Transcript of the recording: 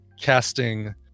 Casting